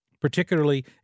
particularly